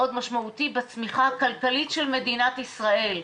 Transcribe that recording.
משמעותי בצמיחה הכלכלית של מדינת ישראל.